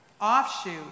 offshoot